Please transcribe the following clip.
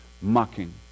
mocking